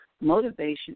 motivation